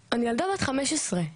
אני ילדה בת 15,